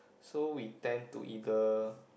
so we tend to either